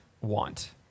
want